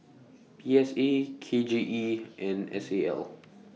P S A K J E and S A L